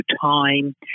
time